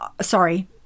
sorry